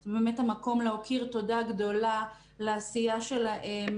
זה באמת המקום להוקיר תודה גדולה לעשייה שלהם